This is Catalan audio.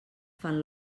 fan